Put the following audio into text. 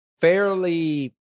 fairly